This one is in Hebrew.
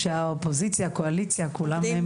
חשובים שהאופוזיציה, הקואליציה, כולם מתאחדים.